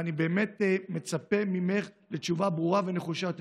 ואני באמת מצפה ממך לתשובה ברורה ונחושה יותר.